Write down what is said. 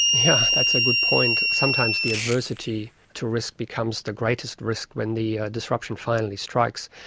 yes, that's a good point. sometimes the adversity to risk becomes the greatest risk when the disruption finally strikes.